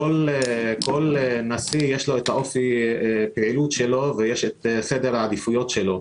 לכל נשיא יש את אופי הפעילות שלו ויש את סדר העדיפויות שלו.